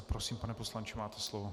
Prosím, pane poslanče, máte slovo.